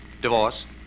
Divorced